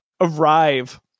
arrive